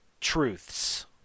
Truths